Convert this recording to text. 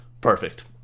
Perfect